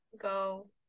go